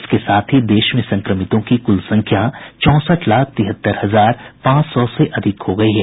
इसके साथ ही देश में संक्रमितों की कुल संख्या चौंसठ लाख तिहत्तर हजार पांच सौ से अधिक हो गई है